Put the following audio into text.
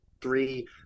three